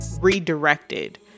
redirected